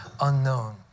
unknown